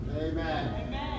Amen